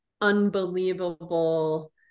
unbelievable